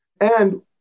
And-